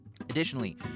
Additionally